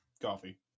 coffee